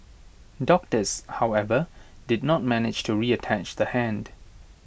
doctors however did not manage to reattach the hand